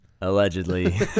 Allegedly